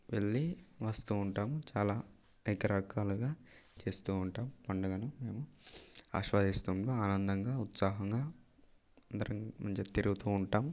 వెళ్ళి వస్తూ ఉంటాం చాలా రకరకాలుగా చేస్తూ ఉంటాం పండుగను మేము ఆస్వాదిస్తాం ఆనందంగా ఉత్సాహంగా అందరం మంచిగా తిరుగుతూ ఉంటాం